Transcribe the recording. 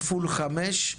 כפול חמש,